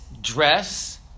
dress